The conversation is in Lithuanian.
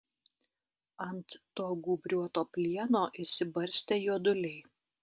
ant to gūbriuoto plieno išsibarstę juoduliai